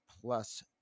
plus